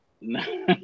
No